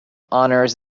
honors